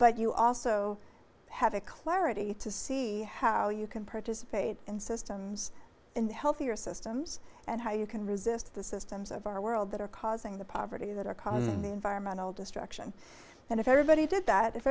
but you also have a clarity to see how you can participate in systems and healthier systems and how you can resist the systems of our world that are causing the poverty that are causing environmental destruction and if everybody did that if